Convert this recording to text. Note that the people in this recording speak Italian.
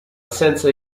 senza